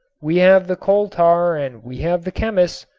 we have the coal tar and we have the chemists,